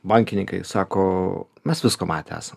bankininkai sako mes visko matę esam